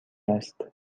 است